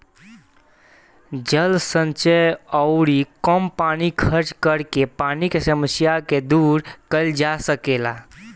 जल संचय अउरी कम पानी खर्चा करके पानी के समस्या के दूर कईल जा सकेला